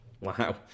Wow